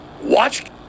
Watch